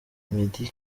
meddie